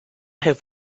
have